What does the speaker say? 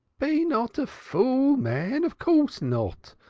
be not a fool-man of course not.